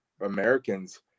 americans